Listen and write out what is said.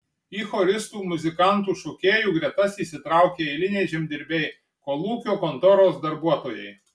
į choristų muzikantų šokėjų gretas įsitraukė eiliniai žemdirbiai kolūkio kontoros darbuotojai